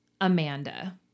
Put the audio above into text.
Amanda